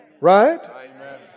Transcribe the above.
Right